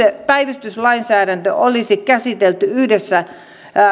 päivystyslainsäädäntö olisi käsitelty yhdessä